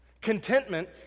Contentment